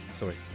sorry